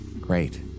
Great